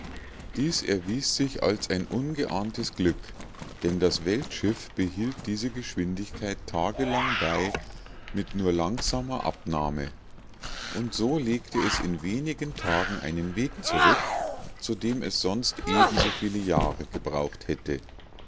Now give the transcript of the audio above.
dies erwies sich als ein ungeahntes glück denn das weltschiff behielt diese geschwindigkeit tagelang bei mit nur langsamer abnahme und so legte es in wenigen tagen einen weg zurück zu dem es sonst ebensoviel jahre gebraucht hätte